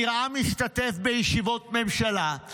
נראה משתתף בישיבות ממשלה,